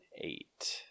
eight